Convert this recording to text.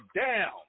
down